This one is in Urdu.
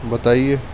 بتائیے